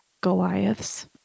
Goliaths